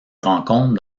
rencontre